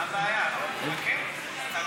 מה הבעיה, אדוני